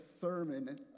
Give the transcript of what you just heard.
sermon